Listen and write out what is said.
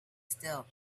still